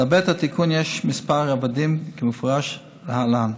להיבט התיקון יש כמה רבדים, כמפורש להלן: